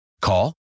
Call